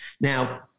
Now